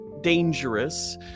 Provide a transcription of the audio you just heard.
dangerous